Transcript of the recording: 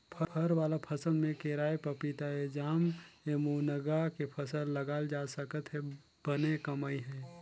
फर वाला फसल में केराएपपीताएजामएमूनगा के फसल लगाल जा सकत हे बने कमई हे